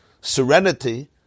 serenity